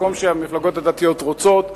מקום שהמפלגות הדתיות רוצות,